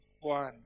one